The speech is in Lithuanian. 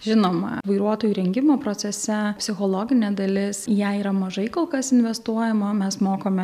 žinoma vairuotojų rengimo procese psichologinė dalis į ją yra mažai kol kas investuojama mes mokome